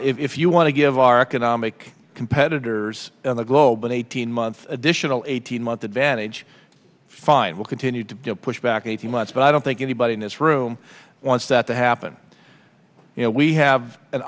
bill if you want to give our economic competitors the globe an eighteen month additional eighteen month advantage fine we'll continue to push back a few months but i don't think anybody in this room wants that to happen you know we have an